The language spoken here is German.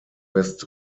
west